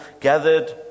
gathered